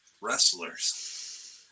wrestlers